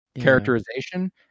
characterization